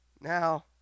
Now